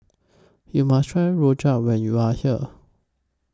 YOU must Try Rojak when YOU Are here